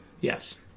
Yes